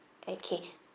okay